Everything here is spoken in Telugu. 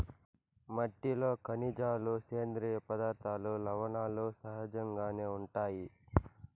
మట్టిలో ఖనిజాలు, సేంద్రీయ పదార్థాలు, లవణాలు సహజంగానే ఉంటాయి